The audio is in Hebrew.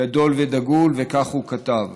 גדול ודגול, וכך הוא כתב: